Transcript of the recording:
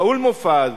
שאול מופז,